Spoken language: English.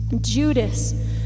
Judas